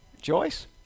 Joyce